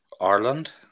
Ireland